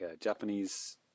Japanese